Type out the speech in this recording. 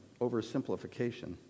oversimplification